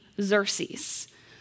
Xerxes